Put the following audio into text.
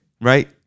right